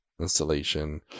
installation